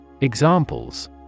Examples